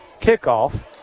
kickoff